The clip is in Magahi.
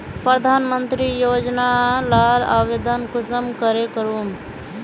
प्रधानमंत्री योजना लार आवेदन कुंसम करे करूम?